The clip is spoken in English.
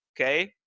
okay